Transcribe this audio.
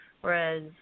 whereas